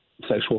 sexual